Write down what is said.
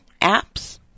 APPS